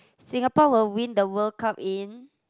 Singapore will win the World Cup in